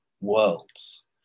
worlds